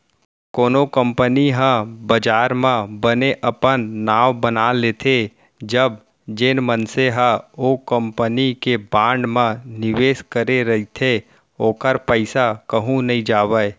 कोनो कंपनी ह बजार म बने अपन नांव बना लेथे तब जेन मनसे ह ओ कंपनी के बांड म निवेस करे रहिथे ओखर पइसा कहूँ नइ जावय